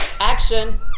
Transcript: action